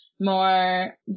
more